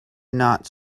not